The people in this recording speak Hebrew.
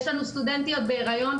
יש לנו סטודנטיות בהיריון,